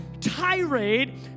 tirade